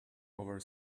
over